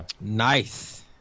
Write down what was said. Nice